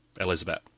Elizabeth